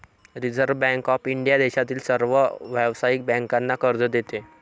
reserve Bank of India देशातील सर्व व्यावसायिक बँकांना कर्ज देते